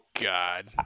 God